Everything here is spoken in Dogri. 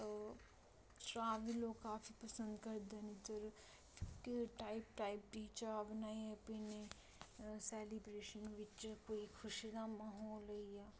ओह् चाह् बी लोक काफी पंसद करदे न इद्धर टाइप टाइप दी चाह् बनाइयै पीन्ने सैलीब्रेशन बिच्च कोई खुशी दा म्हौल होई गेआ